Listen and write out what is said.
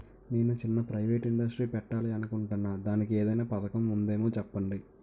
నేను చిన్న private industry పెట్టాలి అనుకుంటున్నా దానికి ఏదైనా పథకం ఉందేమో చెప్పండి?